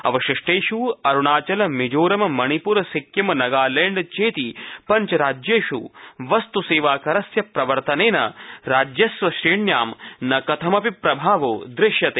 अवशिष्टेष् अरूणाचल मिजोरम मणिप्र सिक्किम नगालैण्ड चेति पञ्च राज्येष् वस्तुसेवाकरस्य प्रवर्तनेन राजस्वश्रेव्यां न कथमपि प्रभावो दृश्यते